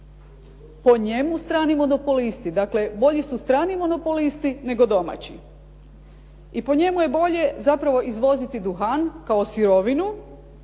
Po njemu, strani monopolisti. Dakle, bolji su strani monopolisti, nego domaći. I po njemu je bolje zapravo izvoziti duhan kao sirovinu